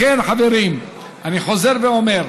לכן, חברים, אני חוזר ואומר: